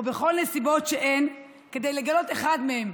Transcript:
באופן או בנסיבות שיש בהן כדי לגלות אחד מאלה".